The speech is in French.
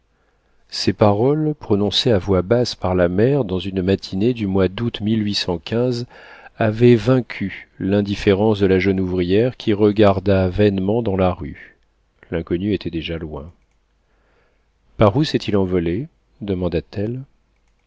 ces paroles prononcées à voix basse par la mère dans une matinée du mois d'août avaient vaincu l'indifférence de la jeune ouvrière qui regarda vainement dans la rue l'inconnu était déjà loin par où s'est-il envolé demanda-t-elle